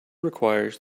requires